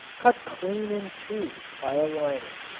cut clean in two by a liner.